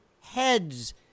heads